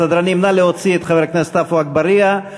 סדרנים, נא להוציא את חבר הכנסת עפו אגבאריה.